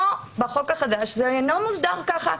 בחוק החדש זה אינו מוסדר ככה.